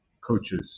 coaches